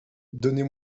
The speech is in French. donnez